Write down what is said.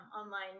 online